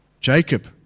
Jacob